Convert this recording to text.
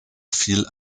fiel